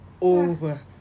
over